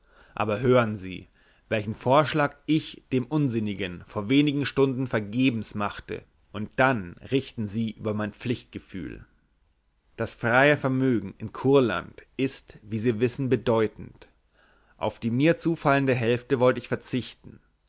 aber hören sie welchen vorschlag ich dem unsinnigen vor wenigen stunden vergebens machte und dann richten sie über mein pflichtgefühl das freie vermögen in kurland ist wie sie wissen bedeutend auf die mir zufallende hälfte wollt ich verzichten